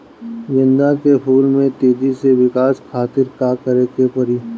गेंदा के फूल में तेजी से विकास खातिर का करे के पड़ी?